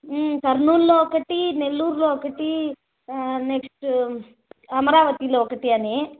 కర్నూల్లో ఒకటి నెల్లూర్లో ఒకటి నెక్స్ట్ అమరావతిలో ఒకటి అని